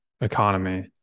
economy